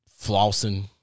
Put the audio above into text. flossing